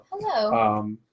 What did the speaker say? Hello